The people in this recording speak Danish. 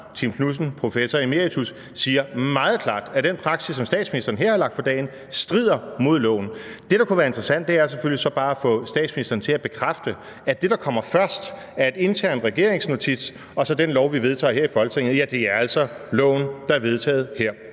Tim Knudsen, professor emeritus, meget klart siger, at den praksis, som statsministeren her har lagt for dagen, strider mod loven. Det, der kunne være interessant, er selvfølgelig så bare at få statsministeren til at bekræfte, at det, der kommer først i forhold til en intern regeringsnotits og så den lov, vi vedtager her i Folketinget, altså er loven, der er vedtaget her